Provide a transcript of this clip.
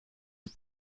het